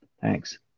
Thanks